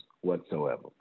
whatsoever